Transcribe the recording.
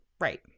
Right